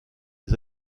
les